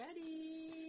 ready